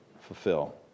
fulfill